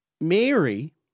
Mary